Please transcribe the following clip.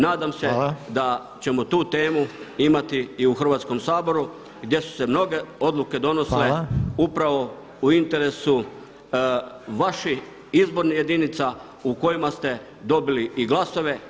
Nadam se da ćemo tu temu imati i u Hrvatskom saboru [[Upadica Reiner: Hvala.]] gdje su se mnoge odluke donosile upravo [[Upadica Reiner: Hvala.]] u interesu vaših izbornih jedinica u kojima ste dobili i glasove.